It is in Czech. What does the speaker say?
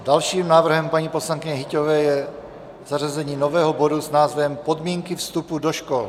Dalším návrhem paní poslankyně Hyťhové je zařazení nového bodu s názvem Podmínky vstupu do škol.